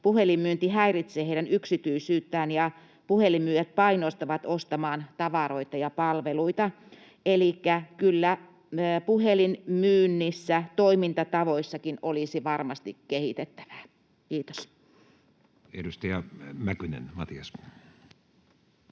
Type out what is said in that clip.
puhelinmyynti häiritsee heidän yksityisyyttään ja puhelinmyyjät painostavat ostamaan tavaroita ja palveluita. Elikkä kyllä puhelinmyynnissä toimintatavoissakin olisi varmasti kehitettävää. — Kiitos. [Speech 224]